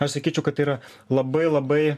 aš sakyčiau kad tai yra labai labai